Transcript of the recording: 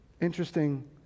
Interesting